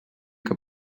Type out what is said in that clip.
que